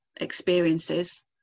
experiences